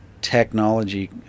technology